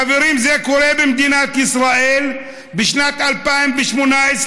חברים, זה קורה במדינת ישראל בשנת 2018,